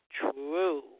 true